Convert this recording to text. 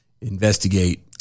investigate